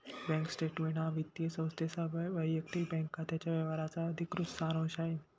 bank statement हा वित्तीय संस्थेसह वैयक्तिक बँक खात्याच्या व्यवहारांचा अधिकृत सारांश आहे